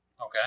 Okay